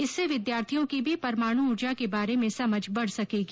इससे विद्यार्थियों की भी परमाणु ऊर्जा के बारे में समझ बढ़ सकेगी